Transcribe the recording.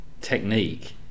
technique